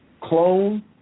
clone